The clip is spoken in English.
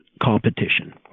competition